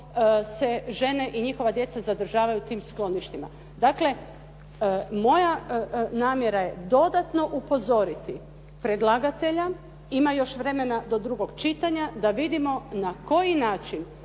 se žene i njihova djeca zadržavaju u tim skloništima? Dakle, moja namjera je dodatno upozoriti predlagatelja. Ima još vremena do drugog čitanja da vidimo na koji način